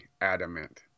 adamant